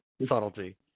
subtlety